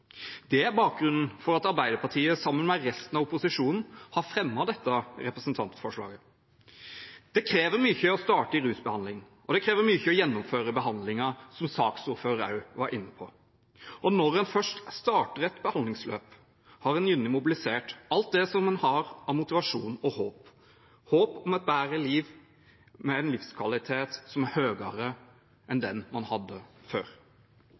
Det er bakgrunnen for at Arbeiderpartiet sammen med resten av opposisjonen har fremmet dette representantforslaget. Det krever mye å starte i rusbehandling, og det krever mye å gjennomføre behandlingen, som saksordføreren også var inne på. Når en først starter et behandlingsløp, har en gjerne mobilisert alt det en har av motivasjon og håp – håp om et bedre liv med en livskvalitet som er høyere enn den man hadde før.